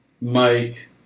Mike